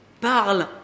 Parle